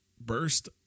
burst